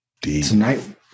Tonight